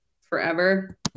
forever